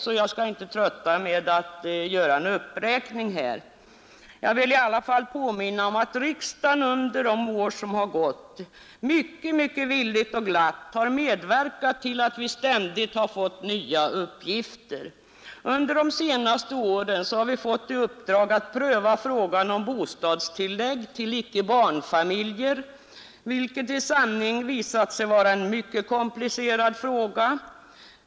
Jag skall inte trötta med en uppräkning här. Jag vill i alla fall påminna om att riksdagen under de år som har gått mycket villigt och glatt har medverkat till att kommittén ständigt har fått nya uppgifter. Under de senaste åren har vi fått i uppdrag att pröva frågan om bostadstillägg till icke-barnfamiljer, en fråga som i sanning har visat sig vara mycket komplicerad.